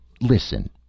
listen